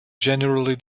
generally